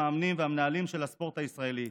המאמנים והמנהלים של הספורט הישראלי.